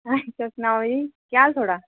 अच्छा सनाओ जी केह् हाल ऐ थुआड़ा